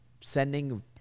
sending